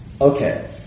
Okay